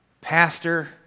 Pastor